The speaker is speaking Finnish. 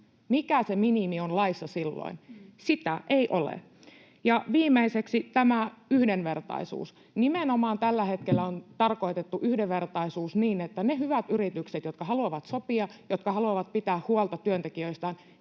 mikä se minimi on laissa silloin. Sitä ei ole. Viimeiseksi tämä yhdenvertaisuus: Nimenomaan tällä hetkellä on tarkoitettu yhdenvertaisuus niin, että niillä hyvillä yrityksillä, jotka haluavat sopia ja jotka haluavat pitää huolta työntekijöistään,